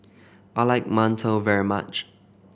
I like mantou very much